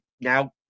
now